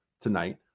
tonight